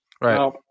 Right